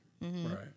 Right